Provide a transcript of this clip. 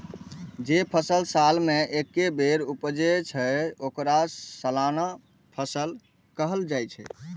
जे फसल साल मे एके बेर उपजै छै, ओकरा सालाना फसल कहल जाइ छै